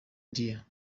dear